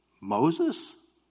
Moses